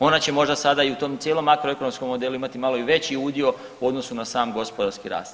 Ona će možda sada i u tom cijelom makroekonomskom modelu imati i malo veći udio u odnosu na sam gospodarski rast.